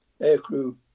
aircrew